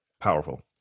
Powerful